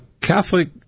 Catholic